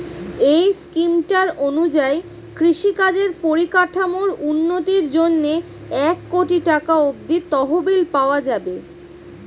এই স্কিমটার অনুযায়ী কৃষিকাজের পরিকাঠামোর উন্নতির জন্যে এক কোটি টাকা অব্দি তহবিল পাওয়া যাবে